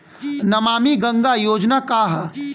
नमामि गंगा योजना का ह?